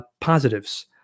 positives